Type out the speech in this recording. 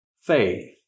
faith